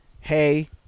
hey